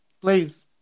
please